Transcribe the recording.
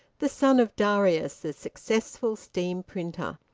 the son of darius the successful steam-printer.